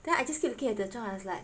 then I just keep looking at 德中 I was like